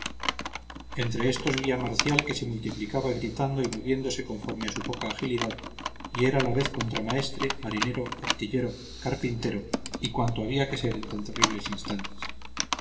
entre éstos vi a marcial que se multiplicaba gritando y moviéndose conforme a su poca agilidad y era a la vez contramaestre marinero artillero carpintero y cuanto había que ser en tan terribles instantes